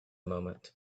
moment